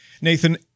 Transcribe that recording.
Nathan